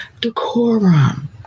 Decorum